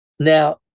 Now